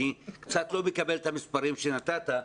אני לא מקבל את המספרים שהצגת.